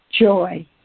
joy